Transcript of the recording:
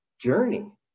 journey